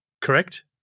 correct